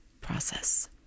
process